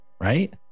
right